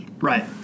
Right